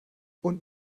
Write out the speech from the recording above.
und